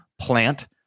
plant